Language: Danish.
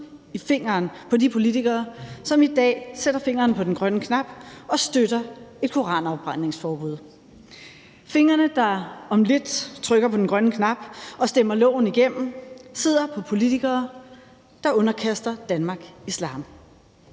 i fingeren på de politikere, som i dag sætter fingeren på den grønne knap og støtter et koranafbrændingsforbud. Fingrene, der om lidt trykker på den grønne knap og stemmer loven igennem, sidder på politikere, der underkaster Danmark islam,